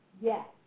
yes